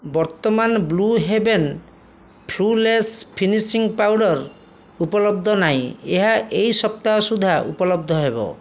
ବର୍ତ୍ତମାନ Blue Heaven flawless finishing powder ଉପଲବ୍ଧ ନାହିଁ ଏହା ଏହି ସପ୍ତାହ ସୁଦ୍ଧା ଉପଲବ୍ଧ ହେବ